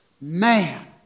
Man